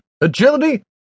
agility